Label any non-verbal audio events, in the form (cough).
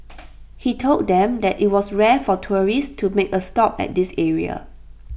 (noise) he told them that IT was rare for tourists to make A stop at this area